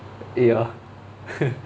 ya